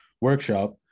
workshop